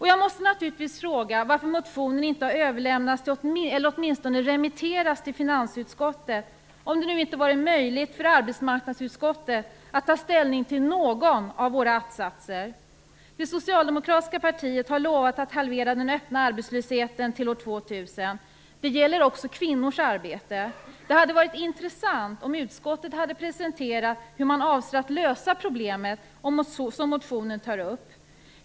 Jag måste naturligtvis fråga varför motionen inte överlämnats eller åtminstone remitterats till finansutskottet, om det nu inte var möjligt för arbetsmarknadsutskottet att ta ställning till någon av våra attsatser. Det socialdemokratiska partiet har lovat att halvera den öppna arbetslösheten till år 2000. Det gäller också kvinnors arbete. Det hade varit intressant om utskottet hade presenterat hur man avser att lösa problemet som motionen tar upp.